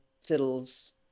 fiddles